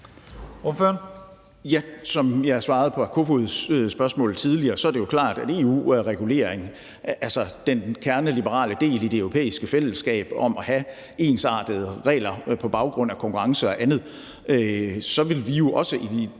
Bach (LA): Som jeg svarede på hr. Peter Kofods spørgsmål tidligere, er det klart, at er der EU-regulering, altså den kerneliberale del i det europæiske fællesskab om at have ensartede regler på baggrund af konkurrence og andet, så vil vi jo også følge